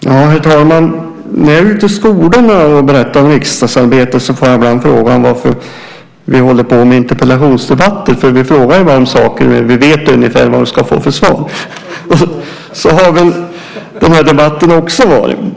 Herr talman! När jag är ute i skolorna och berättar om riksdagsarbetet får jag ibland frågan varför vi har interpellationsdebatter eftersom vi vet ungefär vilka svar som vi ska få. Så har väl den här debatten också varit.